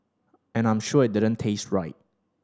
and I'm sure it didn't taste right